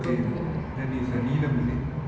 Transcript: okay then it's a நீளம்:neelam is it